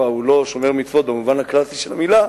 הוא לא שומר מצוות במובן הקלאסי של המלה,